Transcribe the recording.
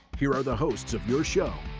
here are the hosts of your show,